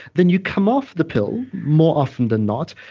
then you come off the pill more often than not,